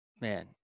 Man